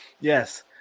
Yes